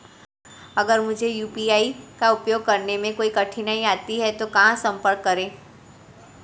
अगर मुझे यू.पी.आई का उपयोग करने में कोई कठिनाई आती है तो कहां संपर्क करें?